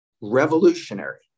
revolutionary